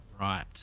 Right